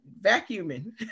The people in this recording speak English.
vacuuming